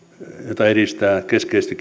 jota edistää keskeisesti